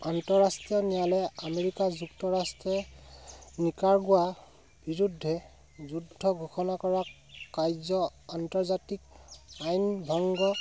আন্তঃৰাষ্ট্ৰীয় ন্যায়ালয়ে আমেৰিকা যুক্তৰাষ্ট্ৰীয় নিকাৰ গোৱা বিৰুদ্ধে যুদ্ধ ঘোষণা কৰা কাৰ্য আন্তৰ্জাতিক আইন ভংগ